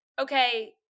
okay